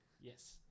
Yes